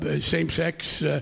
same-sex